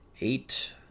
Eight